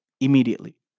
immediately